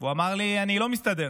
הוא אמר לי: אני לא מסתדר.